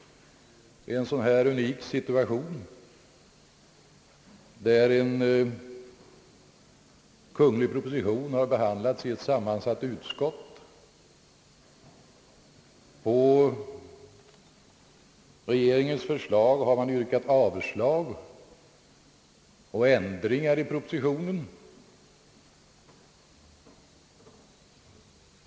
vissa skattepolitiska åtgärder, m.m. här situation, när en kungl. proposition behandlats i ett sammansatt utskott och utgången blivit något liknande. Motionsledes hade det yrkats dels avslag på regeringsförslaget, dels ändringar i propositionen.